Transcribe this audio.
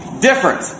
different